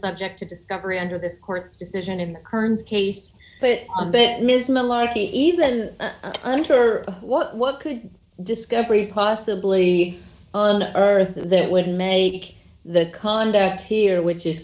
subject to discovery under this court's decision in the current case but ms malarky even under what could discovery possibly on earth that would make the conduct here which is